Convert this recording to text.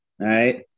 right